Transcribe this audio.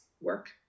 work